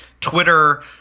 Twitter